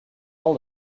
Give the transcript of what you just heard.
all